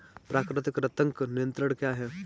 प्राकृतिक कृंतक नियंत्रण क्या है?